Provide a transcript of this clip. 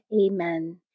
Amen